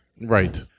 Right